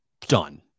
done